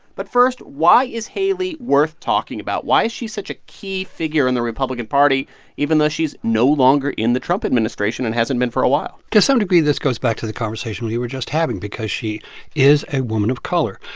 but first, why is haley worth talking about? why is she such a key figure in the republican party even though she is no longer in the trump administration and hasn't been for a while? to some degree, this goes back to the conversation we were just having because she is a woman of color.